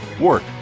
work